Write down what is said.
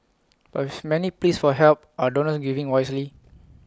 but with many pleas for help are donors giving wisely